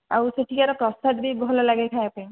ଆଉ ସେଠିକାର ପ୍ରସାଦ ବି ଭଲ ଲାଗେ ଖାଇବା ପାଇଁ